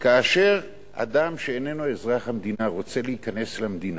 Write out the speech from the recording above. כאשר אדם שאיננו אזרח המדינה הוא רוצה להיכנס למדינה,